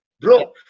bro